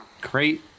Great